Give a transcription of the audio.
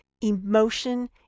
Emotion